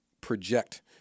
project